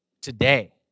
today